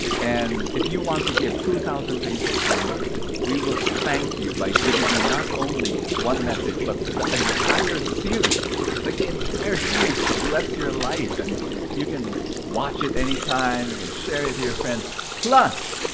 and if you want to give two thousand pesos or more, we will thank you by giving you not only one message, but the entire series. like the entire series to bless your life, and you can watch it anytime. you can share it to your friends. plus!